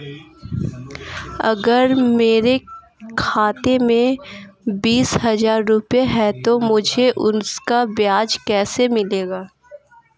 अगर मेरे खाते में बीस हज़ार रुपये हैं तो मुझे उसका ब्याज क्या मिलेगा?